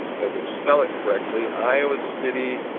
if i can spell it correctly iowa city